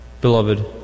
Beloved